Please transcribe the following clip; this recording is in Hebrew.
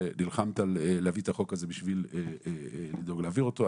שנלחמת להביא את החוק הזה בשביל לדאוג להעביר אותו.